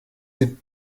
sie